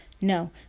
No